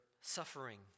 suffering